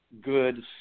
good